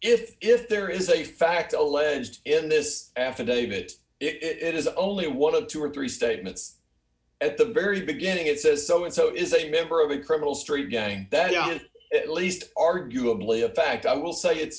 if if there is a fact alleged in this affidavit it is only one of two or three statements at the very beginning it says so and so is a member of a criminal street gang that don't at least arguably a fact i will say it's